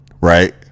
right